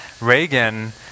Reagan